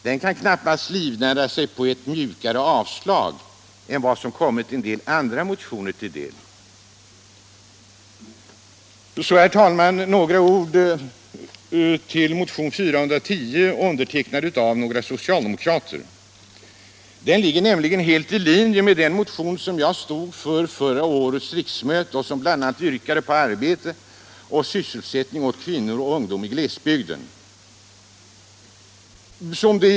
Den befolkningen kan inte livnära sig på ett mjukare avslag än vad som kommit en del andra motioner till del. Så, herr talman, några ord med anledning av motionen 410, under tecknad av några socialdemokrater. Den ligger nämligen helt i linje med den motion som jag stod för vid förra årets riksmöte och som bl.a. yrkade på arbete och sysselsättning åt kvinnor och ungdom i glesbygden.